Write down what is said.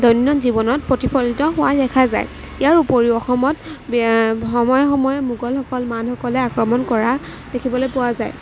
দৈনন্দিন জীৱনত প্ৰতিফলিত হোৱা দেখা যায় ইয়াৰ উপৰিও অসমত সময়ে সময়ে মোগলসকল মানসকলে আক্ৰমণ কৰা দেখিবলৈ পোৱা যায়